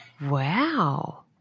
Wow